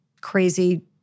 crazy